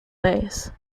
base